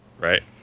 Right